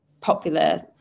popular